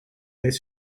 weet